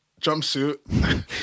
jumpsuit